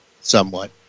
Somewhat